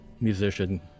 musician